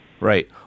Right